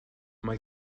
mae